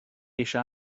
eisiau